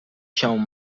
shown